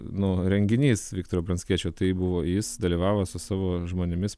nu renginys viktoro pranckiečio tai buvo jis dalyvavo su savo žmonėmis